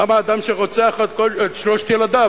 למה אדם שרוצח את שלושת ילדיו,